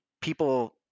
people